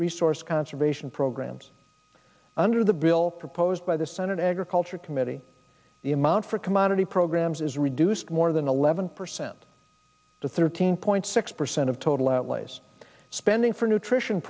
resource conservation programs under the bill proposed by the senate agriculture committee the amount for commodity programs is reduced more than eleven percent to thirteen point six percent of total outlays spending for nutrition